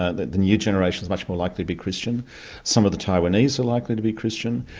ah the the new generation's much more likely to be christian some of the taiwanese are likely to be christian,